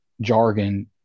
jargon